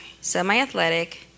semi-athletic